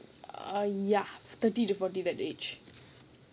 err ya thirty to forty that age